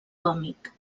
còmic